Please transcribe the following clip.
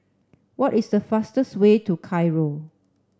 what is the fastest way to Cairo